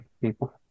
people